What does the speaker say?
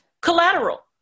collateral